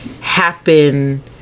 happen